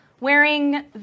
wearing